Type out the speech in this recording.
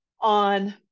on